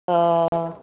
ও